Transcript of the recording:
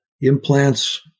implants